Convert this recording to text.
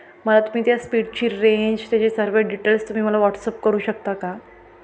मला तुम्ही त्या स्पीडची रेंज त्याचे सर्व डटेल्स तुम्ही मला व्हॉट्सअप करू शकता का